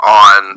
on